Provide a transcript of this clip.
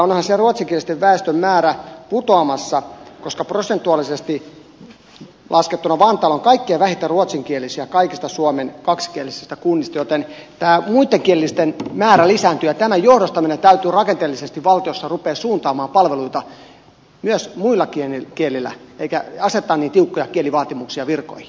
elikkä onhan se ruotsinkielisen väestön määrä putoamassa koska prosentuaalisesti laskettuna vantaalla on kaikkein vähiten ruotsinkielisiä kaikista suomen kaksikielisistä kunnista joten tämä muittenkielisten määrä lisääntyy ja tämän johdosta meidän täytyy rakenteellisesti valtiossa ruveta suuntaamaan palveluita myös muilla kielillä eikä asettaa niin tiukkoja kielivaatimuksia virkoihin